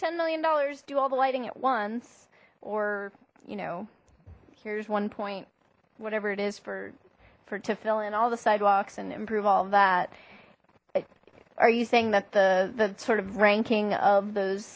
ten million dollars do all the lighting at once or you know here's one point whatever it is for for tefillin all sidewalks and improve all that are you saying that the sort of ranking of those